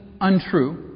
untrue